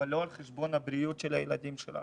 אבל לא על חשבון הבריאות של הילדים שלנו,